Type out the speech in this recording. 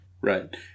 right